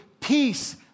Peace